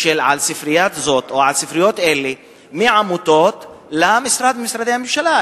על ספרייה זאת או על ספריות אלה מעמותות למשרד ממשרדי הממשלה,